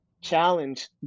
challenge